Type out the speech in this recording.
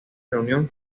reunión